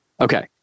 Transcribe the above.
okay